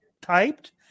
typed